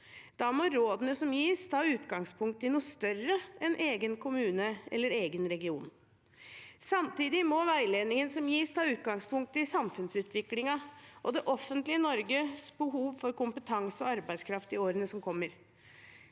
i skolen gis, ta utgangspunkt i noe større enn egen kommune eller egen region. Samtidig må veiledningen som gis, ta utgangspunkt i samfunnsutviklingen og det offentlige Norges behov for kompetanse og arbeidskraft i årene som kommer.